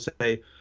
say